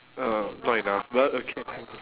uh not enough but okay okay